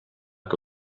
que